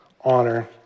honor